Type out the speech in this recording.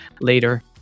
later